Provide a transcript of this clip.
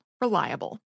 Reliable